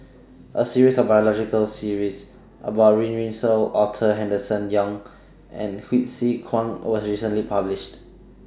A series of biological series about Run Run Shaw Arthur Henderson Young and Hsu Tse Kwang was recently published